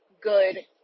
good